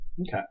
okay